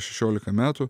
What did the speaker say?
šešiolika metų